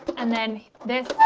and then this